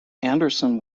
anderson